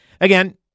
again